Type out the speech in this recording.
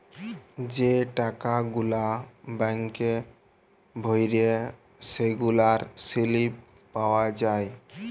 যে টাকা গুলা ব্যাংকে ভ্যইরে সেগলার সিলিপ পাউয়া যায়